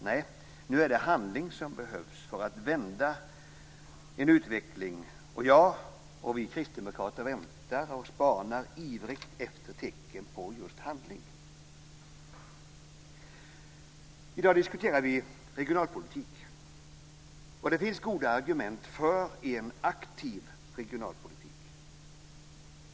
Nej, nu är det är handling som behövs för att vända en utveckling, och jag och vi kristdemokrater väntar och spanar ivrigt efter tecken på just handling. I dag diskuterar vi regionalpolitik. Och det finns goda argument för en aktiv regionalpolitik.